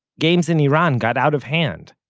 games in iran got out of hand.